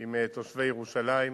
עם תושבי ירושלים.